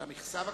המכסה?